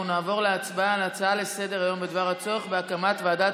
אנחנו נעבור להצבעה על ההצעה לסדר-היום בדבר הצורך בהקמת ועדת